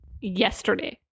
yesterday